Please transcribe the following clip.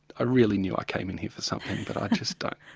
i really knew i came in here for something but i just don't.